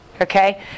Okay